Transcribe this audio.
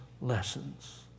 lessons